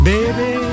Baby